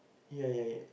ya ya ya